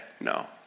No